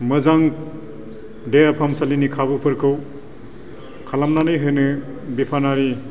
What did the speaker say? मोजां देहा फाहामसालिनि खाबुफोरखौ खालामनानै होनो बिफानारि